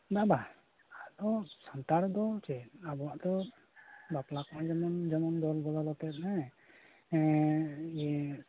ᱵᱟ ᱵᱟ ᱟᱫᱚ ᱥᱟᱱᱛᱟᱲ ᱫᱚ ᱪᱮᱫ ᱟᱵᱚᱣᱟᱜ ᱫᱚ ᱵᱟᱯᱞᱟ ᱠᱚᱦᱚᱸ ᱡᱮᱢᱚᱱ ᱡᱮᱢᱚᱱ ᱫᱚᱞ ᱵᱟᱫᱚᱞ ᱟᱛᱮᱫ ᱦᱮᱸ ᱤᱭᱟᱹ